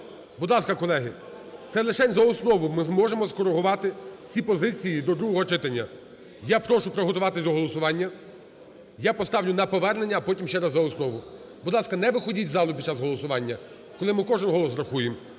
Будь ласка, колеги, це лишень за основу, ми зможемо скорегувати всі позиції до другого читання. Я прошу приготуватись до голосування. Я поставлю на повернення, а потім ще раз за основу. Будь ласка, не виходіть із залу під час голосування, коли ми кожен голос рахуємо.